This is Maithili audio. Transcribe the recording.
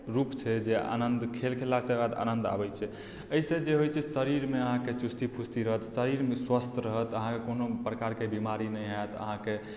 रूपसँ आनन्द जे खेल खेललासँ आनन्द आबैत छै एहिसँ जे होइत छै शरीरमे अहाँकेँ चुस्ती फुर्ती रहत शरीरमे स्वस्थ रहत अहाँकेँ कोनो प्रकारके बीमारी नहि होयत अहाँकेँ